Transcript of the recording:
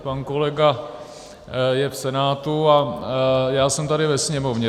Pan kolega je v Senátu a já jsem tady ve Sněmovně.